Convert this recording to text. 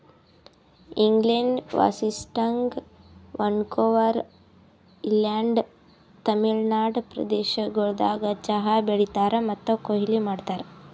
England, Washington, Vancouver Island, Tamil Nadu ಪ್ರದೇಶಗೊಳ್ದಾಗ್ ಚಹಾ ಬೆಳೀತಾರ್ ಮತ್ತ ಕೊಯ್ಲಿ ಮಾಡ್ತಾರ್